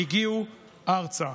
הגיעו ארצה.